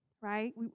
right